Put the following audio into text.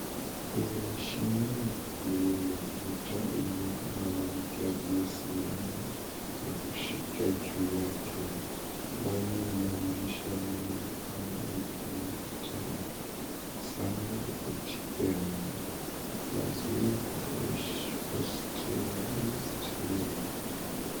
Kwenye mashine ya kupimia mafuta iliyopimwa na mtu aliyesimama na kushika juu yake. Baadhi ya maandishi yanaonekana ni kama ifuatavyo, Salad ATM, Maziwa Freshi, Pasteurized milk.